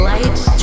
Lights